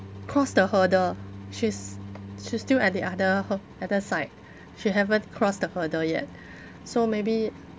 cross the hurdle she's she's still at the other hur~ other side she haven't cross the hurdle yet so maybe